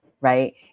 right